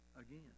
again